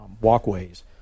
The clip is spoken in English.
walkways